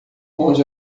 onde